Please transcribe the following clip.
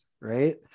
Right